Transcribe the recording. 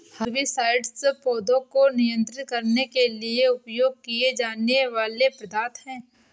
herbicides पौधों को नियंत्रित करने के लिए उपयोग किए जाने वाले पदार्थ हैं